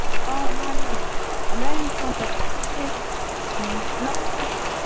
ꯑꯧ ꯃꯥꯅꯦ ꯑꯗ ꯑꯩꯅ ꯐꯣꯟ ꯇꯧꯖꯔꯛꯏꯁꯦ ꯂꯧ